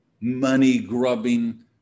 money-grubbing